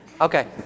Okay